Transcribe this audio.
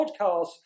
podcasts